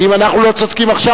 כי אם אנחנו לא צודקים עכשיו,